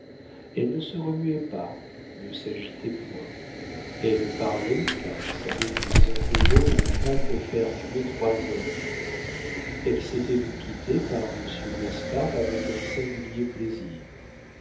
elle ne se remuait pas ne s'agitait point elle parlait car elle savait qu'en disant deux mots une femme peut faire tuer trois hommes elle s'était vue quittée par monsieur d'espard avec un singulier plaisir